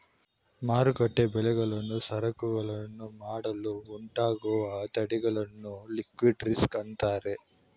ಮಾರುಕಟ್ಟೆ ಬೆಲೆಗಳು ಸರಕುಗಳನ್ನು ಮಾಡಲು ಉಂಟಾಗುವ ತಡೆಯನ್ನು ಲಿಕ್ವಿಡಿಟಿ ರಿಸ್ಕ್ ಅಂತರೆ